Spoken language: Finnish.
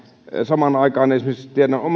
samaan aikaan tiedän